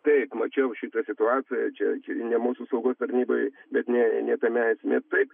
taip mačiau šitą situaciją čia čia ne mūsų saugos tarnyboj bet ne ne tame esmė taip